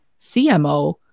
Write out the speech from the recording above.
CMO